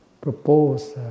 propose